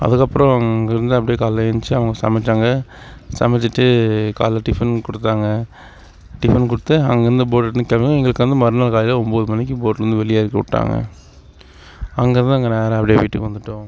அதுக்கப்பறம் அங்கேருந்து அப்படியே காலையில எந்ச்சு அவங்க சமைச்சாங்கள் சமைச்சிட்டு காலைல டிஃபன் கொடுத்தாங்க டிஃபன் கொடுத்து அங்கேருந்து போட் எடுத்துனு கிளம்பி எங்களுக்கு வந்து மறுநாள் காலையில ஒம்பது மணிக்கு போட்ல இருந்து வெளியே இறக்கி விட்டாங்க அங்கேருந்து அங்கே நாங்கள் நேராக அப்படியே வீட்டுக்கு வந்துட்டோம்